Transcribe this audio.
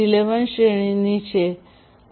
11 શ્રેણીની છે